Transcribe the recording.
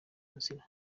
nzira